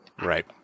right